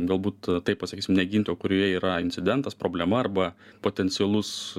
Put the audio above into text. galbūt taip pasakysim ne ginti o kurioje yra incidentas problema arba potencialus